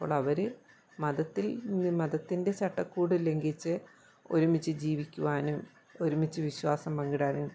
അപ്പോളവർ മതത്തിൽ മതത്തിൻ്റെ ചട്ടക്കൂട് ലംഘിച്ച് ഒരുമിച്ച് ജീവിക്കുവാനും ഒരുമിച്ച് വിശ്വാസം പങ്കിടാനും